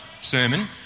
sermon